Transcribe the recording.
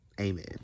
Amen